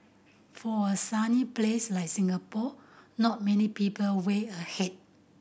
for a sunny place like Singapore not many people wear a hat